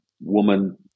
woman